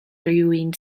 rywun